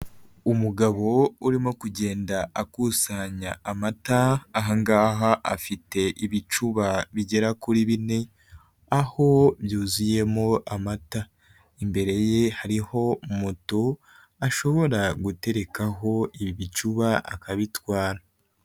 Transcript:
Umugabo urimo kugenda akusanya amata, aha ngaha afite ibicuba bigera kuri bine aho byuzuyemo amata, imbere ye hariho moto ashobora guterekaho ibi bicuba akabitwara.